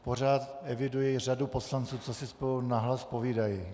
Pořád eviduji řadu poslanců, co si spolu nahlas povídají.